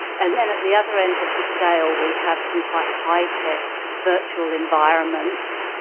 and then at the other end of the scale we have some quite high-tech virtual environments.